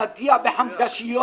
מגיע בחמגשיות